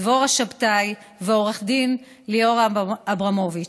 דבורה שבתאי ועו"ד ליאורה אברמוביץ,